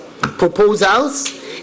proposals